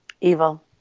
Evil